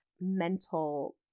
mental